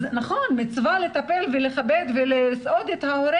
נכון, מצווה לטפל, לכבד ולסעוד את ההורה.